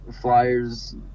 Flyers